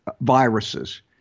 viruses